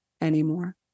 anymore